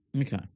Okay